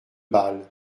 bal